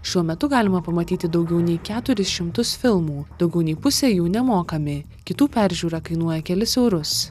šiuo metu galima pamatyti daugiau nei keturis šimtus filmų daugiau nei pusė jų nemokami kitų peržiūra kainuoja kelis eurus